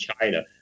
China